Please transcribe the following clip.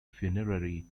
funerary